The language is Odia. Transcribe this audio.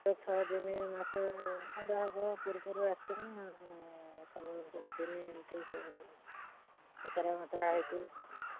ଛଅ ଦିନେ ମାସ ଖଣ୍ଡ ହେବ ପୂର୍ବରୁ ଆସିନି ଆଉ ସବୁ ଏମିତି ସବୁ ପତରା ମତରା ହୋଇକି